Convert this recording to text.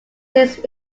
his